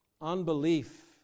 Unbelief